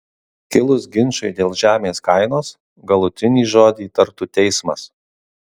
kilus ginčui dėl žemės kainos galutinį žodį tartų teismas